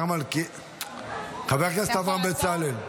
חבר הכנסת אברהם בצלאל,